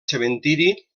cementiri